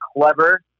clever